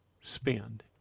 spend